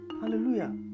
Hallelujah